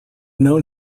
known